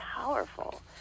powerful